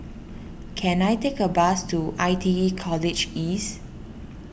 can I take a bus to I T E College East